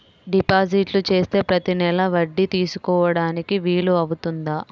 Deposit చేస్తే ప్రతి నెల వడ్డీ తీసుకోవడానికి వీలు అవుతుందా?